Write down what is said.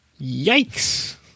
Yikes